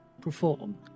perform